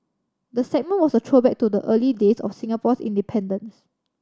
the segment was a throwback to the early days of Singapore's independence